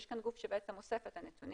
יש כאן גוף שאוסף את הנתונים,